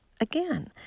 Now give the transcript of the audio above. Again